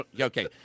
Okay